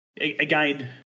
Again